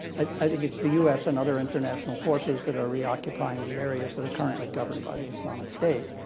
i think its the u s. and other international forces that are reoccupying the areas that are currently governed by the islamic state.